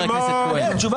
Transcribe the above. מהצד השני אתה לא מוכן לשמוע.